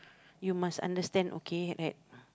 you must understand okay at